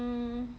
mm